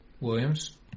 Williams